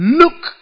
look